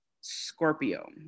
Scorpio